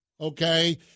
okay